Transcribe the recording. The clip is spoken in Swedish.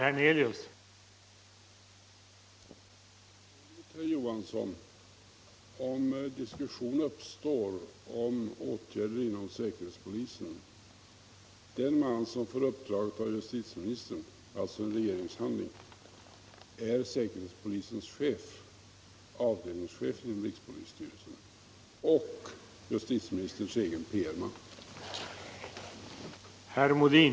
Herr talman! Det är väl egendomligt, herr Johansson i Trollhättan, att om diskussion uppstår om åtgärder inom säkerhetspolisen så är den som får uppdraget av justitieministern — alltså en regeringshandling — säkerhetspolisens chef, en avdelningschef i rikspolisstyrelsen, jämte justitieministerns egen PR-man.